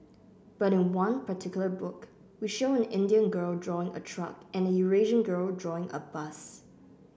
but in one particular book we show an Indian girl drawing a truck and Eurasian girl drawing a bus